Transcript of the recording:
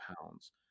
pounds